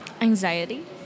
anxiety